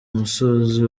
musozi